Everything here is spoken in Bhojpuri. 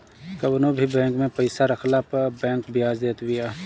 कवनो भी बैंक में पईसा रखला पअ बैंक बियाज देत बिया